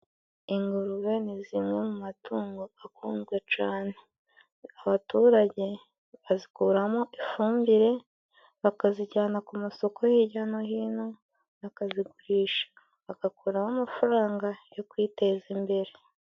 Ingurube ni zimwe mu matungo akunzwe cane. Abaturage bazikuramo ifumbire, bakazijyana ku masoko hirya no hino bakazigurisha. Bagakuramo amafaranga yo kwiteza imbere.